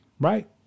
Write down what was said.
Right